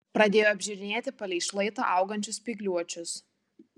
pradėjo apžiūrinėti palei šlaitą augančius spygliuočius